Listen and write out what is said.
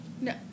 No